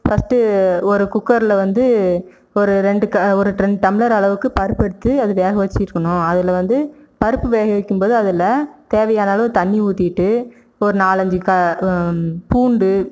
first ஒரு குக்கரில் வந்து ஒரு ரெண்டு க ஒரு ரெண்டு டம்ளர் அளவுக்கு பருப்பு எடுத்து அதை வேக வச்சுருக்கணும் அதில் வந்து பருப்பு வேக வைக்கும்போது அதில் தேவையான அளவு தண்ணி ஊற்றிட்டு ஒரு நாலஞ்சு க பூண்டு